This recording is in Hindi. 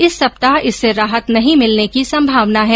इस सप्ताह इससे राहत नहीं मिलने की संभावना है